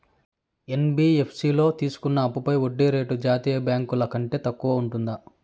NBFC లో తీసుకున్న అప్పుపై వడ్డీ రేటు జాతీయ బ్యాంకు ల కంటే తక్కువ ఉంటుందా?